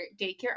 daycare